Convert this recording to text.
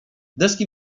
deski